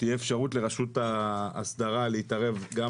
שתהיה אפשרות לרשות ההסדרה להתערב גם